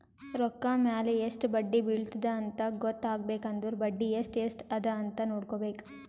ರೊಕ್ಕಾ ಮ್ಯಾಲ ಎಸ್ಟ್ ಬಡ್ಡಿ ಬಿಳತ್ತುದ ಅಂತ್ ಗೊತ್ತ ಆಗ್ಬೇಕು ಅಂದುರ್ ಬಡ್ಡಿ ಎಸ್ಟ್ ಎಸ್ಟ್ ಅದ ಅಂತ್ ನೊಡ್ಕೋಬೇಕ್